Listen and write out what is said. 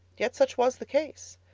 yet such was the case.